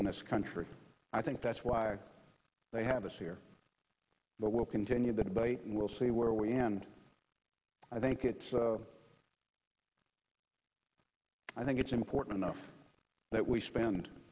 in this country i think that's why they have us here but we'll continue the debate we'll see where we end i think it's a i think it's important enough that we spend